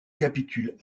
capitule